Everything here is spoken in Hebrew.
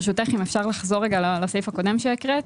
ברשותך, אם אפשר לחזור רגע לסעיף הקודם שהקראת.